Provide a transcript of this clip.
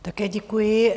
Také děkuji.